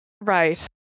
Right